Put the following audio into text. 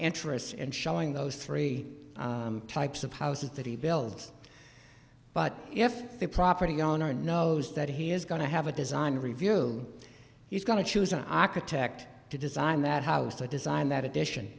interests in showing those three types of houses that he builds but if the property owner knows that he is going to have a design review he's going to choose an architect to design that house to design that edition